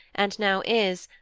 and now is,